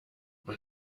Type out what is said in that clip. man